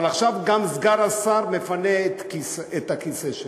אבל עכשיו גם סגן השר מפנה את הכיסא שלו.